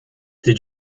did